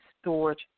storage